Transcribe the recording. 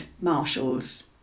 marshals